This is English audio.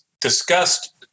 discussed